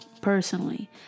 personally